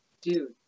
Dude